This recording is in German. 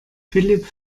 philipp